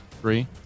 three